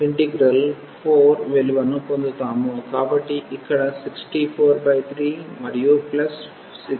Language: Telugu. కాబట్టి ఇక్కడ 643 మరియు ప్లస్ 64